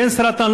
כן סרטן,